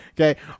Okay